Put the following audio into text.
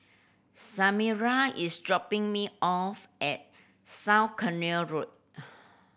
Samira is dropping me off at South Canal Road